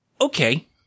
Okay